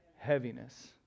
heaviness